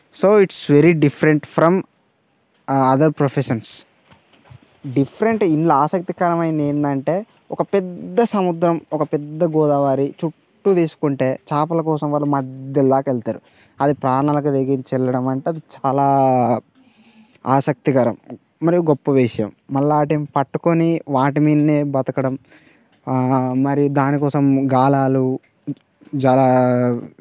so it's very different from other professions different ఇందులో ఆసక్తికరమైంది ఏంటంటే ఒక పెద్ద సముద్రం ఒక పెద్ద గోదావరి చుట్టూ తీసుకుంటే చేపల కోసం వారు మధ్య దాక వెళ్తారు అది ప్రాణాలకు తెగించెళ్ళడమంటే అది చాలా ఆసక్తికరం మరియు గొప్ప విషయం మళ్ళా వాటిని పట్టుకొని వాటి మీదనే బతకడం మరి దానికోసం గాలాలు చాలా